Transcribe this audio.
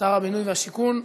שר הבינוי והשיכון,